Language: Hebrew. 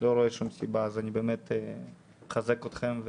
לא רואה שום סיבה, אז אני באמת מחזק אתכם.